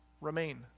Remain